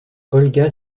olga